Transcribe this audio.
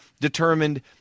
determined